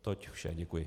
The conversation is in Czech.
Toť vše, děkuji.